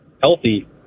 healthy